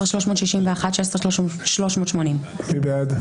16,141 עד 16,160. מי בעד?